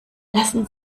lassen